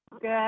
Good